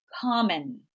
common